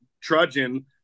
trudging